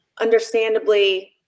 Understandably